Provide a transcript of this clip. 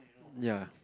ya